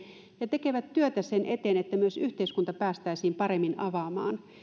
ja tekevät työtä sen eteen että myös yhteiskunta päästäisiin paremmin avaamaan